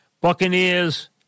Buccaneers